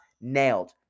nailed